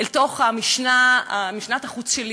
אל תוך משנת החוץ שלי.